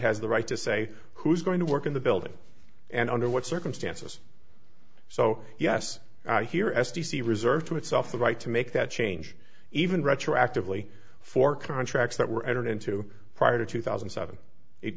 has the right to say who's going to work in the building and under what circumstances so yes i hear s t c reserved to itself the right to make that change even retroactively for contracts that were entered into prior to two thousand and seven it